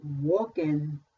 walking